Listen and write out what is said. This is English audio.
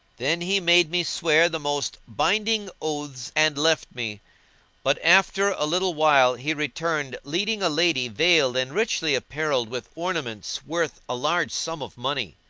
then he made me swear the most binding oaths and left me but after a little while he returned leading a lady veiled and richly apparelled with ornaments worth a large sum of money.